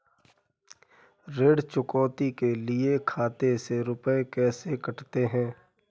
ऋण चुकौती के लिए खाते से रुपये कैसे कटते हैं?